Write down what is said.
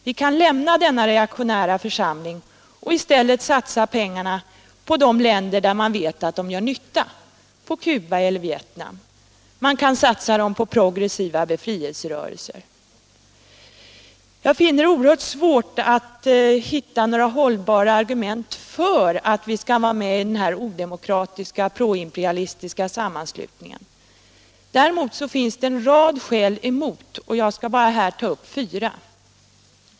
Vi kan lämna denna reaktionära församling och i stället satsa pengarna på de länder där vi vet att de gör nytta, såsom på Cuba eller på Vietnam. Vi kan satsa dem på progressiva befrielserörelser. Jag finner det mycket svårt att finna några hållbara argument för att vi skall vara med i denna odemokratiska proimperialistiska sammanslutning. Däremot finns det en rad skäl mot, och jag skall här bara nämna fyra.